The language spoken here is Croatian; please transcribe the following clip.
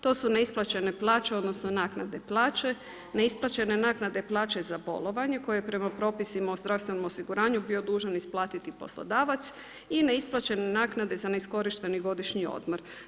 To su neisplaćene plaće, odnosno naknade plaće, neisplaćene naknade plaće za bolovanje koje je prema propisima o zdravstvenom osiguranju bio dužan isplatiti poslodavac i neisplaćene naknade za neiskorišteni godišnji odmor.